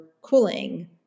cooling